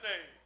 name